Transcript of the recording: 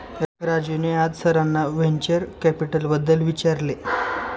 राजूने आज सरांना व्हेंचर कॅपिटलबद्दल विचारले